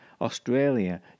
Australia